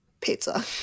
pizza